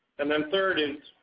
and then third is,